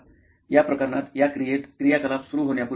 या प्रकरणात या क्रियेत क्रियाकलाप सुरू होण्यापूर्वी